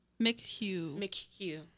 McHugh